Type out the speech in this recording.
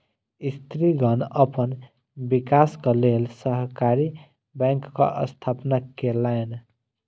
स्त्रीगण अपन विकासक लेल सहकारी बैंकक स्थापना केलैन